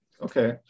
Okay